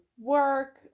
work